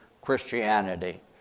christianity